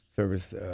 service